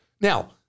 Now